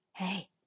Hey